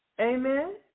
Amen